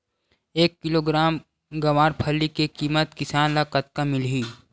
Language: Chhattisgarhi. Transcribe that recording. एक किलोग्राम गवारफली के किमत किसान ल कतका मिलही?